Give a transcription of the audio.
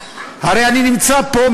הרי אני נמצא פה,